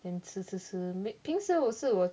then 吃吃吃平时我是我